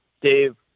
Dave